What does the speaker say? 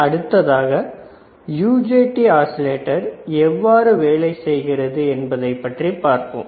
அடுத்ததாக UJT oscillator எவ்வாறு வேலை செய்கிறது என்பதைப்பற்றி பார்ப்போம்